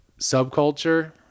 subculture